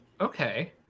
okay